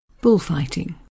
Bullfighting